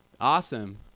Awesome